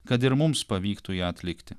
kad ir mums pavyktų ją atlikti